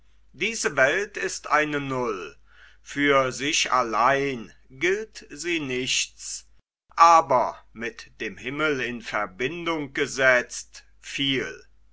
diese welt ist eine null für sich allein gilt sie nichts aber mit dem himmel in verbindung gesetzt viel